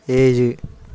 ഏഴ്